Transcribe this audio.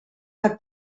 per